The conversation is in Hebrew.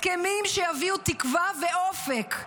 הסכמים שיביאו תקווה ואופק,